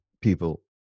people